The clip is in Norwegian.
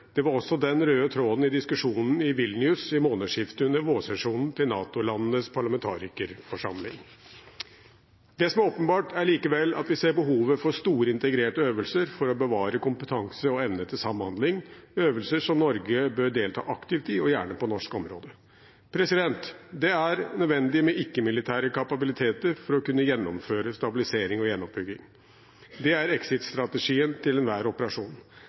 Det var også den røde tråden i diskusjonen i Vilnius i månedsskiftet under vårsesjonen til NATO-landenes parlamentarikerforsamling. Det som er åpenbart, er likevel at vi ser behovet for store, integrerte øvelser for å bevare kompetanse og evne til samhandling, øvelser som Norge bør delta aktivt i, og gjerne på norsk område. Det er nødvendig med ikke-militære kapabiliteter for å kunne gjennomføre stabilisering og gjenoppbygging. Det er exit-strategien til enhver operasjon.